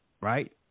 Right